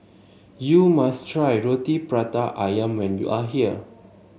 you must try Roti Prata ayam when you are here